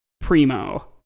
primo